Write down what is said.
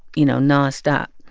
you know, nonstop.